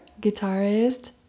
guitarist